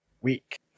week